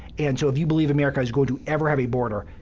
and so if you believe america's going to ever have a border,